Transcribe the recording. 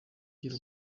gira